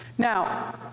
Now